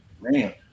man